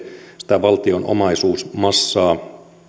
sitä valtion omaisuusmassaa